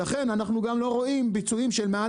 ולכן אנחנו גם לא רואים ביצועים של מעל